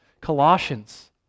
Colossians